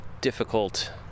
difficult